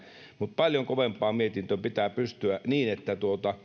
mutta paljon kovempaan mietintöön pitää pystyä